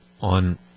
on